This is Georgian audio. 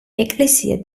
ეკლესია